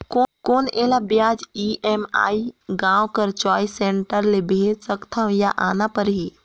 कौन एला ब्याज ई.एम.आई गांव कर चॉइस सेंटर ले भेज सकथव या आना परही?